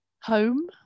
home